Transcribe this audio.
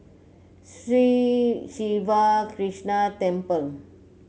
Sri Siva Krishna Temple